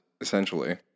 essentially